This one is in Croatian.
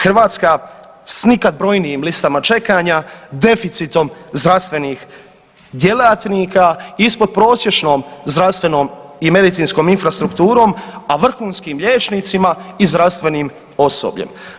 Hrvatska s nikad brojnijim listama čekanja, deficitom zdravstvenih djelatnika, ispodprosječnom zdravstvenom i medicinskom infrastrukturom, a vrhunskim liječnicima i zdravstvenim osobljem.